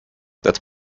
that